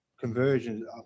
conversions